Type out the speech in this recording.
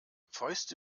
fäuste